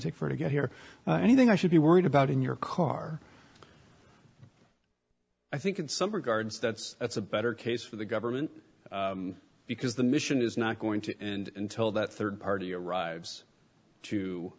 take her to get here anything i should be worried about in your car i think in some regards that's that's a better case for the government because the mission is not going to end until that rd party arrives to